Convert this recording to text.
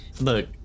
Look